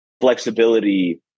flexibility